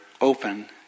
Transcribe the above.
open